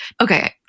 Okay